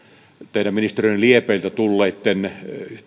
teidän ministeriönne liepeiltä tulleitten